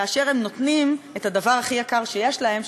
כאשר הם נותנים את הדבר הכי יקר שיש להם,